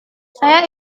saya